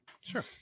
Sure